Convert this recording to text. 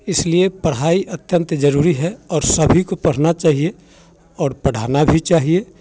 इसलिए पढ़ाई अत्यन्त जरूरी है और सभी को पढ़ना चाहिए और पढ़ाना भी चाहिए